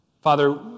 Father